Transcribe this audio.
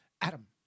Adam